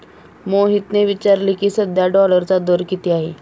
मोहितने विचारले की, सध्या डॉलरचा दर किती आहे?